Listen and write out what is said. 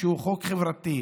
שהוא חוק חברתי,